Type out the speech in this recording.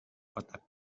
kotak